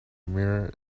mirror